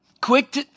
quick